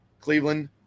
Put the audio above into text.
Cleveland